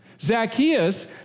Zacchaeus